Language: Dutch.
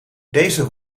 deze